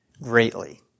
greatly